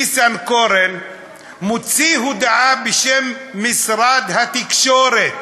ניסנקורן מוציא הודעה בשם משרד התקשורת,